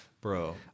Bro